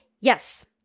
yes